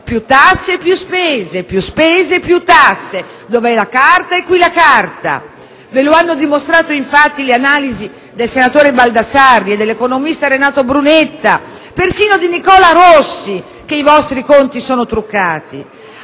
più tasse più spese, più spese più tasse, dov'è la carta è qui la carta. Ve lo hanno dimostrato le analisi del senatore Baldassarri e dell'economista Renato Brunetta, persino quelle di Nicola Rossi indicano che i vostri conti sono truccati.